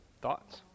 Thoughts